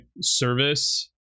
service